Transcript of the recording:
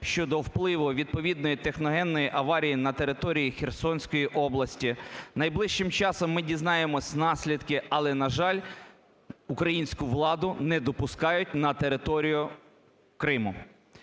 щодо впливу відповідної техногенної аварії на території Херсонської області. Найближчим часом ми дізнаємося наслідки, але на жаль, українську владу не допускають на територію Криму.